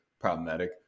Problematic